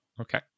Okay